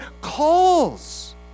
calls